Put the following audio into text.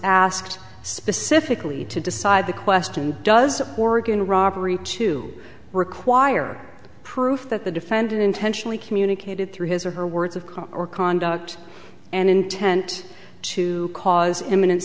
asked specifically to decide the question does oregon robbery to require proof that the defendant intentionally communicated through his or her words of calm or conduct and intent to cause imminent